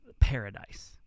paradise